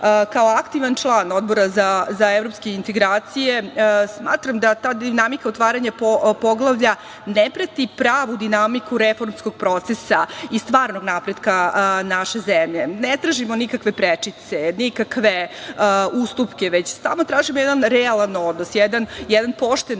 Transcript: aktivan član Odbora za evropske integracije, smatram da ta dinamika otvaranja poglavlja ne prati pravu dinamiku reformskog procesa i stvarnog napretka naše zemlje. Ne tražimo nikakve prečice, nikakve ustupke, već samo tražimo jedan realan odnos, jedan pošten odnos,